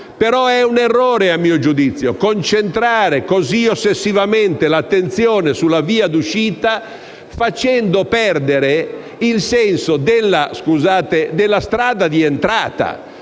ma è un errore a mio giudizio concentrare così ossessivamente l'attenzione sulla via d'uscita, facendo perdere il senso - scusate